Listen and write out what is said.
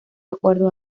acuerdo